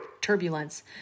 turbulence